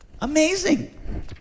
Amazing